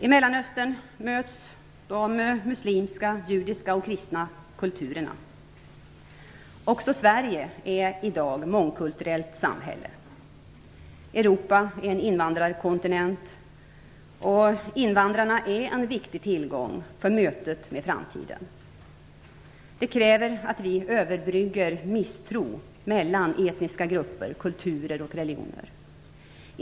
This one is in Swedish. I Mellanöstern möts de muslimska, judiska och kristna kulturerna. Också Sverige är i dag ett mångkulturellt samhälle. Europa är en invandrarkontinent och invandrarna är en viktig tillgång för mötet med framtiden. Det kräver att vi överbryggar misstro mellan etniska grupper, kulturer och religioner.